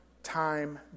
Time